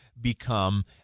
Become